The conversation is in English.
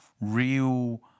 real